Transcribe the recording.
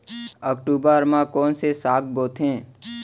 अक्टूबर मा कोन से साग बोथे?